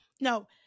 No